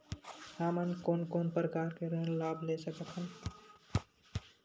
हमन कोन कोन प्रकार के ऋण लाभ ले सकत हन?